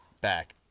back